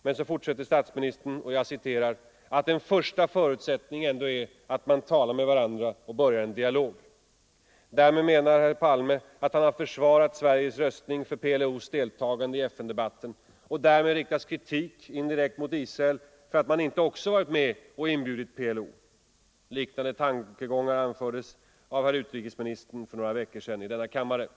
Men så fortsätter statsministern med ”att en första förutsättning ändå är att man talar med varandra och börjar en dialog”. Därmed menar herr Palme att han har försvarat - Nr 127 Sveriges röstning för PLO:s deltagande i FN-debatten och därmed riktas Fredagen den kritiken direkt mot Israel för att man inte också varit med och inbjudit 22 november 1974 PLO. Liknande tankegångar anfördes av utrikesministern för några veckor sedan i denna kammare. Ang.